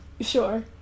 Sure